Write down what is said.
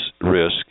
risk